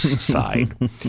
side